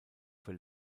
für